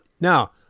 Now